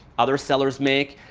other sellers make.